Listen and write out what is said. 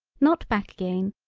not back again,